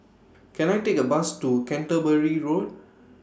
Can I Take A Bus to Canterbury Road